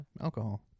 alcohol